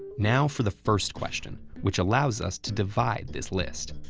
now for the first question, which allows us to divide this list.